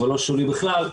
אבל לא שולי בכלל,